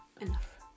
enough